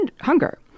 hunger